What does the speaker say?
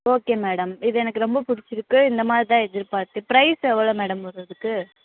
okay madam இது எனக்கு ரொம்ப பிடிச்சிருக்கு இந்தமாதிரிதான் எதிர்பார்த்தேன் ப்ரைஸ் எவ்வளோ மேடம் வரும் இதுக்கு